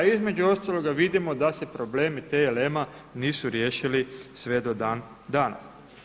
A između ostalog vidimo da se problemi TLM-a nisu riješili sve do danas.